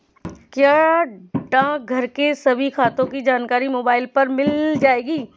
क्या डाकघर के सभी खातों की जानकारी मोबाइल पर मिल जाएगी?